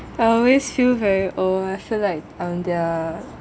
I always feel very old I feel like I'm their